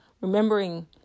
remembering